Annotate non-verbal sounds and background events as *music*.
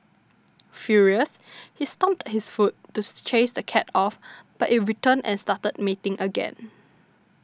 furious he stomped his foot to *unintelligible* chase the cat off but it returned and started mating again